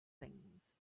things